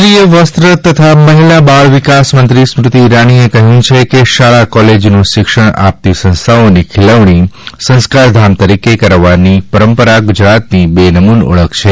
કેન્દ્રીય વસ્ત્ર તથા મહિલા બાળવિકાસમંત્રી સ્મૃતિ ઇરાનીએ કહ્યું છે કે શાળા કોલેજનું શિક્ષણ આપતી સંસ્થાઓની ખીલવણી સંસ્કારધામ તરીકે કરવાની પરંપરા ગુજરાતની બેનમૂન ઓળખ છે